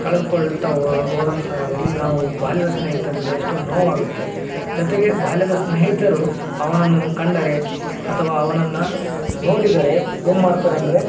ಕಳೆದ್ಕೊಳ್ತಾ ಹೋದಂಥ ಸಂದರ್ಭದಲ್ಲಿ ನಾವು ಬಾಲ್ಯದ ಸ್ನೇಹಿತರಿಗೆ ಎಷ್ಟೊಂದು ನೋವಾಗುತ್ತೆ ಜೊತೆಗೆ ಬಾಲ್ಯದ ಸ್ನೇಹಿತರು ಅವನನ್ನು ಕಂಡರೆ ಅಥವಾ ಅವನನ್ನು ನೋಡಿದರೆ ಏನು ಮಾಡ್ತಾರಂದರೆ